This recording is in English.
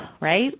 right